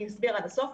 אני אסביר עד הסוף,